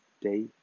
day